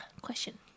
Question